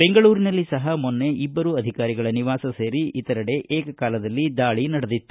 ಬೆಂಗಳೂರಿನಲ್ಲಿ ಸಹ ಮೊನ್ನೆ ಇಬ್ಬರು ಅಧಿಕಾರಿಗಳ ನಿವಾಸ ಸೇರಿ ಇತರೆಡೆ ಏಕಕಾಲದಲ್ಲಿ ದಾಳಿನಡೆದಿತ್ತು